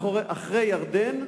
אחרי ירדן,